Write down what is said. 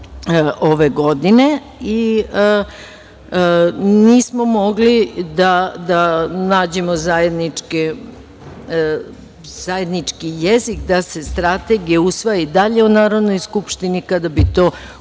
ove godine. Nismo mogli da nađemo zajednički jezik da se strategija usvoji i dalje u Narodnoj skupštini kada bi to uzeo